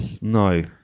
No